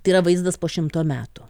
tai yra vaizdas po šimto metų